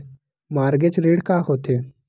Mortgage ऋण का होथे?